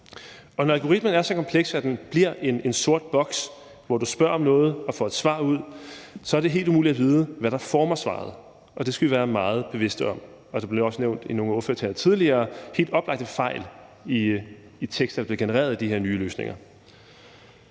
ej. Når algoritmen er så kompleks, at den bliver en sort boks, hvor du spørger om noget og får et svar ud, er det helt umuligt at vide, hvad der former svaret, og det skal vi være meget bevidste om. Det blev også nævnt i nogle ordførertaler tidligere – helt oplagte fejl i tekster, der blev genereret af de her nye løsninger.